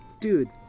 dude